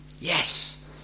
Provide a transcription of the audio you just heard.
Yes